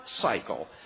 cycle